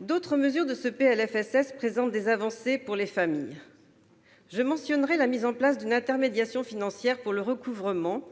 D'autres mesures de ce PLFSS présentent des avancées pour les familles. Je mentionnerai la mise en place d'une intermédiation financière pour le recouvrement